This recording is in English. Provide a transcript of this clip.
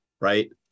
right